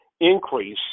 increase